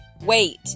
wait